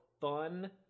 fun